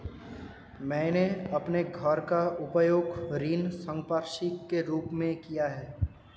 मैंने अपने घर का उपयोग ऋण संपार्श्विक के रूप में किया है